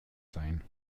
sein